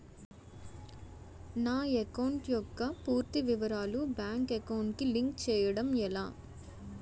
నా అకౌంట్ యెక్క పూర్తి వివరాలు బ్యాంక్ అకౌంట్ కి లింక్ చేయడం ఎలా?